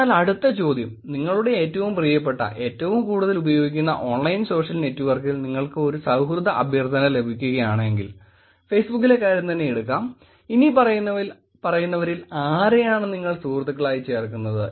അതിനാൽ അടുത്ത ചോദ്യം നിങ്ങളുടെ ഏറ്റവും പ്രിയപ്പെട്ട ഏറ്റവും കൂടുതൽ ഉപയോഗിക്കുന്ന ഓൺലൈൻ സോഷ്യൽ നെറ്റ്വർക്കിൽ നിങ്ങൾക്ക് ഒരു സൌഹൃദ അഭ്യർത്ഥന ലഭിക്കുകയാണെങ്കിൽ ഫേസ്ബുക്കിലെ കാര്യം തന്നെ എടുക്കാം ഇനിപ്പറയുന്നവരിൽ ആരെയാണ് നിങ്ങൾ സുഹൃത്തുക്കളായി ചേർക്കുന്നത്